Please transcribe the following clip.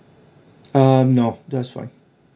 um no that's all